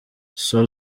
soul